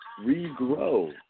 regrow